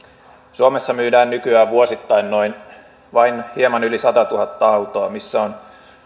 suomessa myydään nykyään vuosittain vain hieman yli satatuhatta autoa missä on